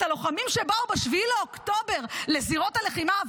את הלוחמים שבאו ב-7 באוקטובר לזירות הלחימה,